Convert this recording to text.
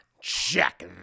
check